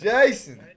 Jason